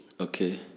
Okay